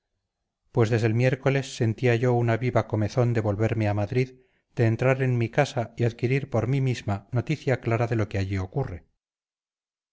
pues desde el miércoles sentía yo una viva comezón de volverme a madrid de entrar en mi casa y adquirir por mí misma noción clara de lo que allí ocurre